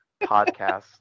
podcast